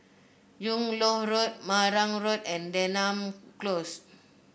Yung Loh Road Marang Road and Denham Close